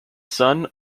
son